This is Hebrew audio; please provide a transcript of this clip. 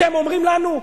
אתם אומרים לנו?